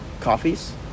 coffees